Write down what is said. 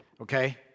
okay